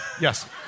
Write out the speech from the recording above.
Yes